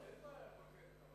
אין בעיה עם חוק ההסדרים,